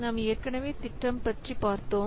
நாம் ஏற்கனவே திட்டம் பற்றி பார்த்தோம்